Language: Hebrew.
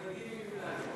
תחרגי ממנהגך.